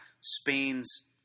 Spain's